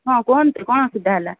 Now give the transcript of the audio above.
ହଁ କୁହନ୍ତୁ କ'ଣ ଅସୁବିଧା ହେଲା